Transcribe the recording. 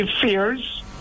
fears